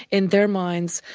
in their minds,